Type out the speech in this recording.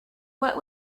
what